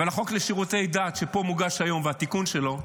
אבל החוק לשירותי דת שפה מוגש היום, והתיקון שלו,